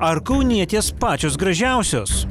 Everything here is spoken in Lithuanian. ar kaunietės pačios gražiausios